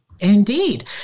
Indeed